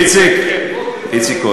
איציק, איציק, זה כל כך לא נכון.